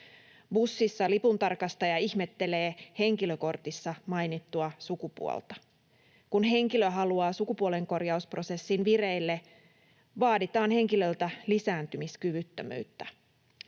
Bussissa lipuntarkastaja ihmettelee henkilökortissa mainittua sukupuolta. Kun henkilö haluaa sukupuolenkorjausprosessin vireille, vaaditaan henkilöltä lisääntymiskyvyttömyyttä.